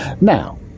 now